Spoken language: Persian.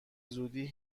زودی